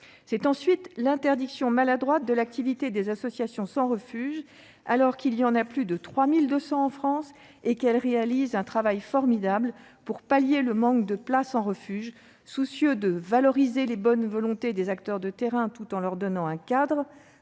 évoquer l'interdiction maladroite de l'activité des associations sans refuge, alors qu'il y en a plus de 3 200 en France et qu'elles réalisent un travail formidable pour pallier le manque de places en refuges. Soucieux de valoriser les bonnes volontés des acteurs de terrain tout en leur donnant un cadre,